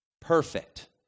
perfect